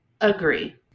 agree